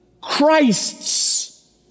Christ's